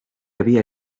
había